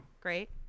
Great